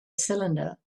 cylinder